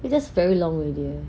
it's just very long already